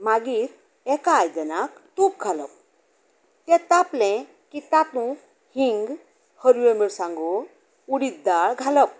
मागीर एका आयदनांत तूप घालप तें तापलें की तातूंत हींग हरव्यो मिरसांगो उडीद दाळ घालप